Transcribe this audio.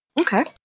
Okay